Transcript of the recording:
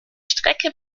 strecke